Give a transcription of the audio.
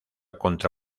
contra